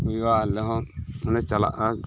ᱦᱳᱭᱳᱜᱼᱟ ᱟᱞᱮ ᱦᱚᱸ ᱞᱮ ᱪᱟᱞᱟᱜᱼᱟ